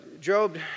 Job